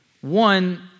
One